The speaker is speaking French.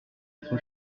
être